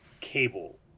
cable